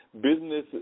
business